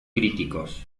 críticos